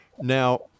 Now